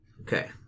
Okay